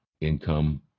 income